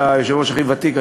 אתה סגן היושב-ראש הכי ותיק,